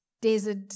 desert